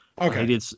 Okay